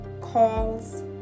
calls